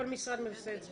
כל משרד עושה את זה.